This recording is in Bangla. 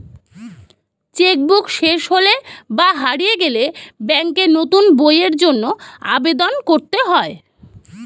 চেক বুক শেষ হলে বা হারিয়ে গেলে ব্যাঙ্কে নতুন বইয়ের জন্য আবেদন করতে হয়